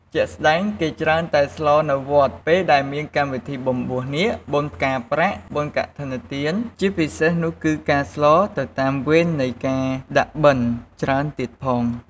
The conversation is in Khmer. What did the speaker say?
ជាក់ស្តែងគេច្រើនតែស្លរនៅវត្តពេលដែលមានកម្មវិធីបំបួសនាគ បុណ្យផ្កាប្រាក់ បុណ្យកឋិនទានជាពិសេសនោះគឺការស្លរទៅតាមវេននៃការដាក់បិណ្ឌច្រើនទៀតផង។